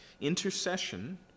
Intercession